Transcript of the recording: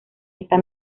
esta